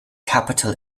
capital